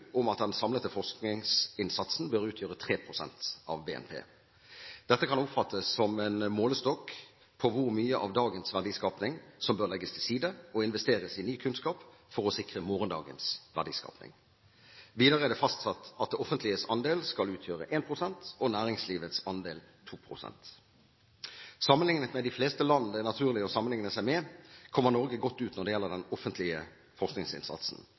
om at den samlede forskningsinnsatsen bør utgjøre 3 pst. av BNP. Dette kan oppfattes som en målestokk på hvor mye av dagens verdiskapning som bør legges til side og investeres i ny kunnskap for å sikre morgendagens verdiskapning. Videre er det fastsatt at det offentliges andel skal utgjøre 1 pst. og næringslivets andel 2 pst. av BNP. Sammenlignet med de fleste land det er naturlig å sammenligne seg med, kommer Norge godt ut når det gjelder den offentlige forskningsinnsatsen,